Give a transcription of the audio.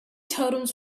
totems